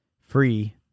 free